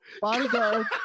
Bodyguard